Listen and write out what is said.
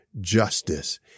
justice